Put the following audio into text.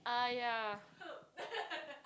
uh ya